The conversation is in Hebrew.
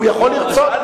הוא יכול לרצות.